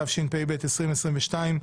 התשפ"ב-2022,